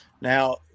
Now